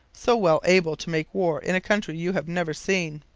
so well able to make war in a country you have never seen